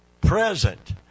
present